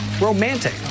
romantic